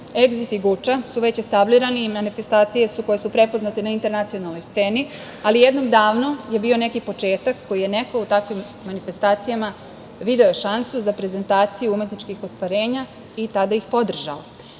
Egzit i Guča su već establirani i manifestacije su koje su prepoznate na internacionalnoj sceni, ali jednom davno je bio neki početak koji je neko u takvim manifestacijama video šansu za prezentaciju umetničkih ostvarenja i tada ih podržao.Zašto